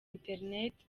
interineti